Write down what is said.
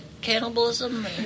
cannibalism